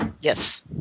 Yes